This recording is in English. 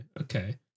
okay